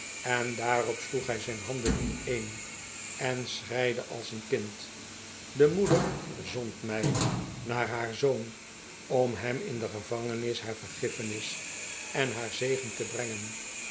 en daarop sloeg hij zijn handen ineen en schreide als een kind de moeder zond mij naar haar zoon om hem in de gevangenis haar vergif ferns en haar zegen te brengen